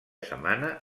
setmana